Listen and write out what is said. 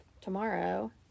tomorrow